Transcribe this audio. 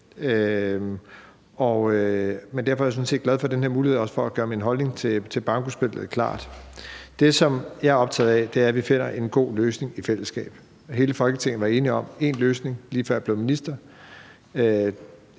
men derfor er jeg sådan set glad for den her mulighed for også at gøre min holdning til bankospil klar. Det, som jeg er optaget af, er, at vi finder en god løsning i fællesskab. Hele Folketinget var enige om en løsning, lige før jeg blev minister,